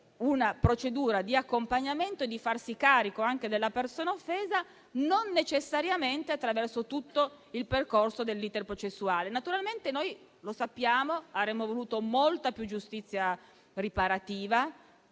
una procedura di accompagnamento e di presa in carico della persona offesa non necessariamente attraverso tutto l'*iter* processuale. Naturalmente noi avremmo voluto molta più giustizia riparativa